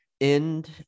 end